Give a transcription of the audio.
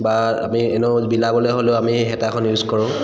বা আমি এনেও বিলাবলৈ হ'লেও আমি হেতাখন ইউজ কৰোঁ